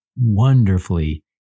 wonderfully